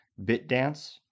Bitdance